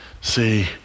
See